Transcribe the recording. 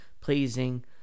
pleasing